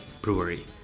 Brewery